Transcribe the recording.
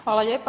Hvala lijepa.